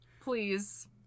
Please